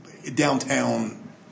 downtown